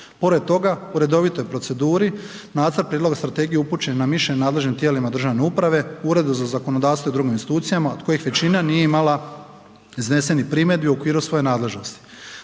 Pored toga u redovitoj proceduri nacrt prijedloga strategije upućen je na mišljenje nadležnim tijelima državne uprave, Uredu za zakonodavstvo i drugim institucijama od kojih većina nije imala iznesenih primjedbi u okviru svoje nadležnosti.